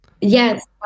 Yes